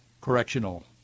Correctional